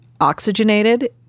oxygenated